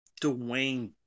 Dwayne